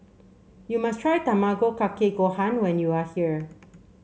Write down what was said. you must try Tamago Kake Gohan when you are here